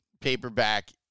paperback